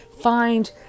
find